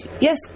yes